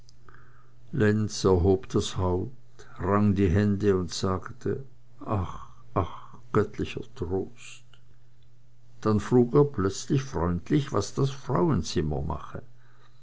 lenz erhob das haupt rang die hände und sagte ach ach göttlicher trost dann frug er plötzlich freundlich was das frauenzimmer mache